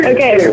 Okay